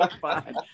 fine